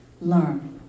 learn